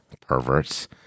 perverts